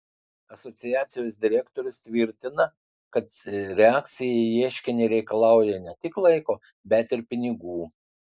asociacijos direktorius tvirtina kad reakcija į ieškinį reikalauja ne tik laiko bet ir pinigų